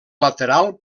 lateral